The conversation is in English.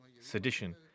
sedition